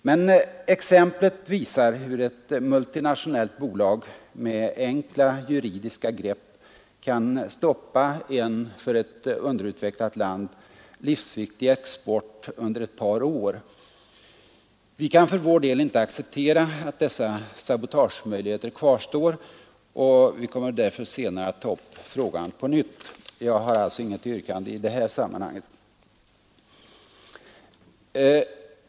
Men exemplet visar hur ett multinationellt bolag med enkla juridiska grepp skulle kunna stoppa en för ett underutvecklat land livsviktig export under ett par år. Vi kan för vår del inte acceptera att dessa sabotagemöjligheter kvarstår och kommer senare att ta upp frågan på nytt. Jag har alltså inget yrkande i detta sammanhang.